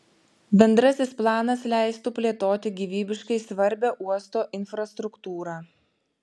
bendrasis planas leistų plėtoti gyvybiškai svarbią uosto infrastruktūrą